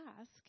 ask